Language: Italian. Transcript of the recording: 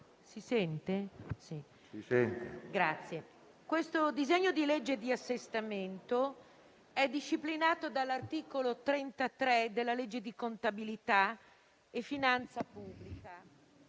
onorevoli colleghi, questo disegno di legge di assestamento è disciplinato dall'articolo 33 della legge di contabilità e finanza pubblica